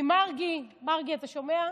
עם מרגי, מרגי, אתה שומע?